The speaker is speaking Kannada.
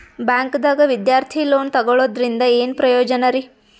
ಬ್ಯಾಂಕ್ದಾಗ ವಿದ್ಯಾರ್ಥಿ ಲೋನ್ ತೊಗೊಳದ್ರಿಂದ ಏನ್ ಪ್ರಯೋಜನ ರಿ?